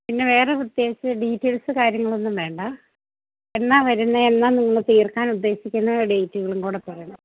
പിന്നെ വേറെ പ്രത്യേകിച്ച് ഡീറ്റെയിൽസ് കാര്യങ്ങളൊന്നും വേണ്ട എന്നാണു വരുന്നത് എന്നാണു നിങ്ങള് തീർക്കാൻ ഉദ്ദേശിക്കുന്നത് ഡേറ്റുകളും കൂടെ പറയണം